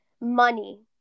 money